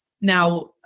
Now